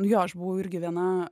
jo aš buvau irgi viena